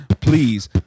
Please